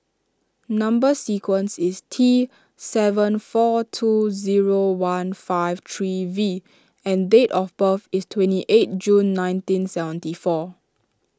Number Sequence is T seven four two zero one five three V and date of birth is twenty eight June nineteen seventy four